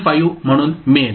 5 म्हणून मिळेल